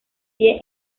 pie